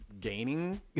gaining